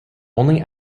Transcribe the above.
only